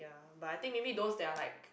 but I think maybe those that are like